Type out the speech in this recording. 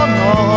no